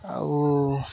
ଆଉ